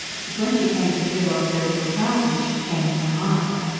but when she came to peel off their little trousers she changed her mind.